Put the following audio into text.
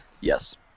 yes